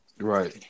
right